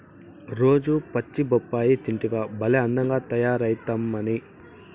రోజూ పచ్చి బొప్పాయి తింటివా భలే అందంగా తయారైతమ్మన్నీ